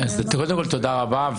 תודה רבה.